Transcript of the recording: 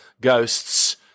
ghosts